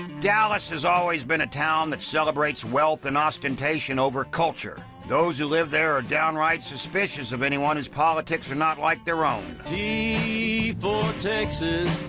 dallas has always been a town that celebrates wealth and ostentation over culture. those who live there are downright suspicious of anyone whose politics are not like their own for texas